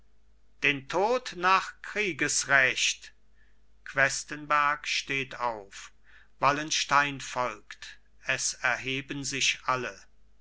den tod nach kriegsrecht questenberg steht auf wallenstein folgt es erheben sich alle